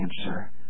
answer